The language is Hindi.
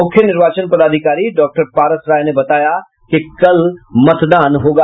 मुख्य निर्वाचन पदाधिकारी डाक्टर पारस राय ने बताया कि कल मतदान होगा